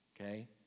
okay